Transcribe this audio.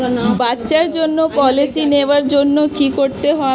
বাচ্চার জন্য পলিসি নেওয়ার জন্য কি করতে হবে?